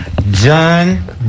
John